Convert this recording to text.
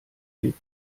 hip